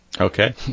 Okay